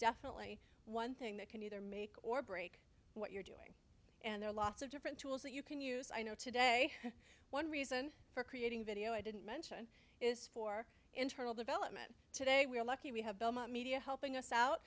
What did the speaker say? definitely one thing that can either make or break what you're doing and there are lots of different tools that you can use i know today one reason for creating a video i didn't mention is for internal development today we are lucky we have media helping us out